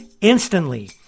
instantly